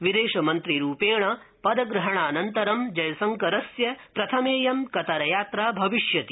विदेशमन्त्रिरुपेण पदग्रहणानन्तरं जयशंकरस्य प्रथमेऽयं कतरयात्रा भविष्यति